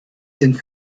den